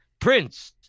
Prince